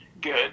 good